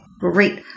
great